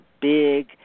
big